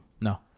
no